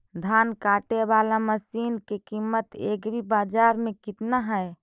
धान काटे बाला मशिन के किमत एग्रीबाजार मे कितना है?